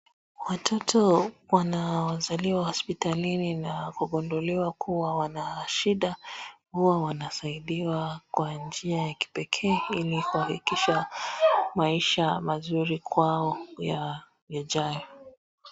Watoto wanaozaliwa hospitalini na kugunduliwa kuwa wana shida huwa wanasaidiwa kwa njia ya kipekee ili kufanikisha maisha mazuri kwao ya hijayo.